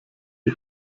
die